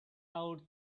out